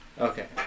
Okay